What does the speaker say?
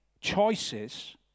choices